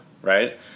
right